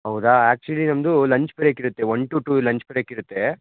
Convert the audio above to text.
ಹೌದಾ ಆ್ಯಕ್ಚುಲಿ ನಮ್ಮದು lunch break ಇರುತ್ತೆ one to two lunch break ಇರುತ್ತೆ